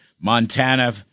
Montana